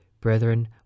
Brethren